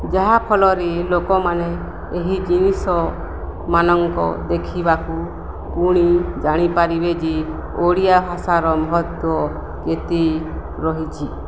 ଯାହାଫଳରେ ଲୋକମାନେ ଏହି ଜିନିଷମାନଙ୍କ ଦେଖିବାକୁ ପୁଣି ଜାଣିପାରିବେ ଯେ ଓଡ଼ିଆ ଭାଷାର ମହତ୍ତ୍ଵ କେତେ ରହିଛି